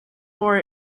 war